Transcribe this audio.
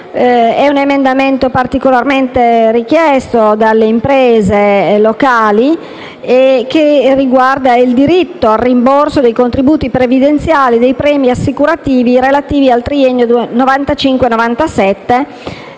un emendamento particolarmente richiesto dalle imprese locali e riguarda il diritto al rimborso dei contributi previdenziali e dei premi assicurativi relativi al triennio 1995-1997.